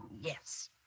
yes